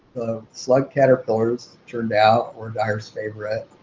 slug caterpillars, turned out, were dyar's favorite,